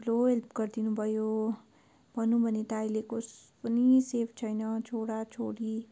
ठुलो हेल्प गरिदिनु भयो भनौँ भने त अहिलेको कुनै सेफ छैन छोरा छोरी